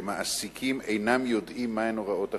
שמעסיקים אינם יודעים מהן הוראות החוק,